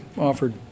offered